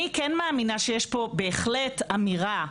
אני כן מאמינה שיש פה בהחלט אמירה,